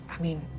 i mean,